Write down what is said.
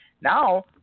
Now